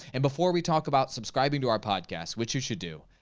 and before we talk about subscribing to our podcast, which you should do,